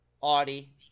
Audie